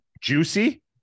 Juicy